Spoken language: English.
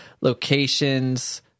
locations